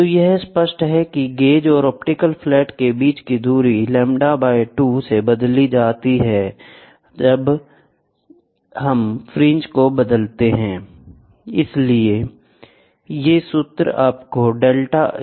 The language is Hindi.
तो यह स्पष्ट है कि गेज और ऑप्टिकल फ्लैट के बीच की दूरी λ 2 से बदलती जा सकती है जब हम फ्रिंज को बदलते हैं